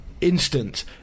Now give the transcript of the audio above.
instant